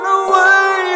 away